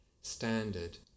standard